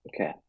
Okay